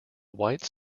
white